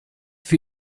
für